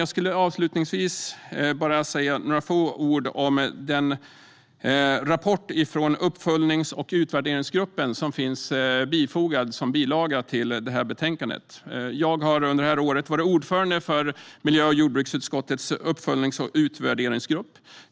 Jag skulle avslutningsvis bara vilja säga några få ord om den rapport från uppföljnings och utvärderingsgruppen som finns bifogad som bilaga till betänkandet. Jag har under året varit ordförande för miljö och jordbruksutskottets uppföljnings och utvärderingsgrupp.